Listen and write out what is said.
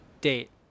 date